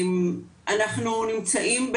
אנחנו נמצאים,